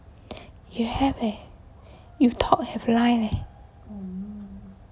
you have leh you talk have line leh